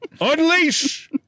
Unleash